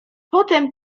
potem